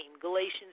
Galatians